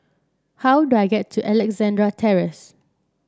how do I get to Alexandra Terrace